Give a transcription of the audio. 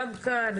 גם כאן,